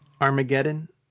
Armageddon